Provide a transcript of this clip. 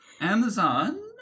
Amazon